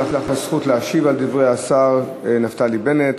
יש לך זכות להשיב על דברי השר נפתלי בנט.